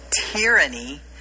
tyranny